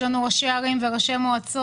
יש ראשי מועצות